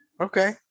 Okay